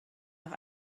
nach